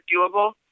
doable